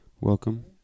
Welcome